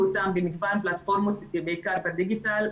אותם במגוון פלטפורמות בעיקר בדיגיטל.